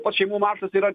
pats šeimų maršas yra